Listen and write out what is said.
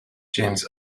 james